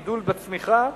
גידול בצמיחה.